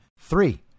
Three